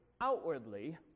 outwardly